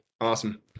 Awesome